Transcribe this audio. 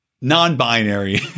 non-binary